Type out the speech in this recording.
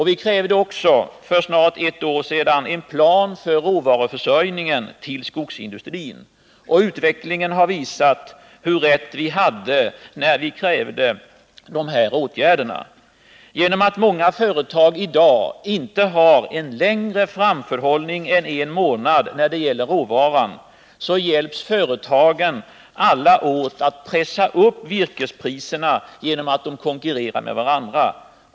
Vi krävde också för snart ett år sedan en plan för försörjningen av råvara till skogsindustrin. Utvecklingen har visat hur rätt vi hade när vi krävde dessa åtgärder. På grund av att många företag i dag inte har en längre framförhållning än en månad, när det gäller råvaran, hjälps de alla åt att pressa upp virkespriserna då de konkurrerar med varandra.